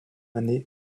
année